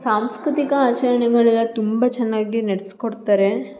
ಸಾಂಸ್ಕೃತಿಕ ಆಚರಣೆಗಳೆಲ್ಲ ತುಂಬ ಚೆನ್ನಾಗಿ ನಡ್ಸಿ ಕೊಡ್ತಾರೆ